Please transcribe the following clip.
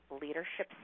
leadership